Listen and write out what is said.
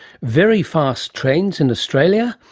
very fast trains in australia,